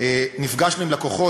נפגשנו עם לקוחות,